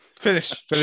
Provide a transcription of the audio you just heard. Finish